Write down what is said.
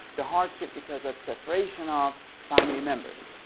the hardship because of separation of family members.